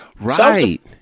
Right